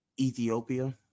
Ethiopia